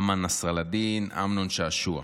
אמל נסראלדין, אמנון שעשוע.